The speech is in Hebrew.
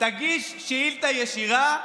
תגיש שאילתה ישירה,